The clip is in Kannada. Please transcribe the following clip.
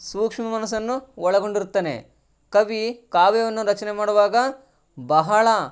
ಸೂಕ್ಷ್ಮ ಮನಸ್ಸನ್ನು ಒಳಗೊಂಡಿರುತ್ತಾನೆ ಕವಿ ಕಾವ್ಯವನ್ನು ರಚನೆ ಮಾಡುವಾಗ ಬಹಳ